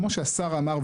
כמו שהשר אמר,